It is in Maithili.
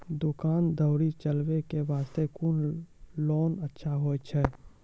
दुकान दौरी चलाबे के बास्ते कुन लोन अच्छा होय छै?